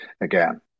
again